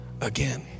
again